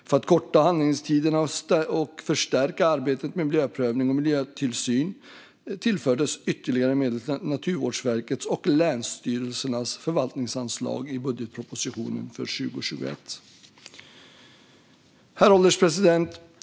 För att korta handläggningstiderna och förstärka arbetet med miljöprövning och miljötillsyn tillfördes ytterligare medel till Naturvårdsverkets och länsstyrelsernas förvaltningsanslag i budgetpropositionen för 2021. Herr ålderspresident!